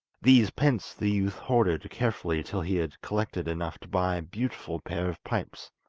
these pence the youth hoarded carefully till he had collected enough to buy a beautiful pair of pipes.